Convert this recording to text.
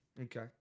Okay